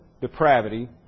depravity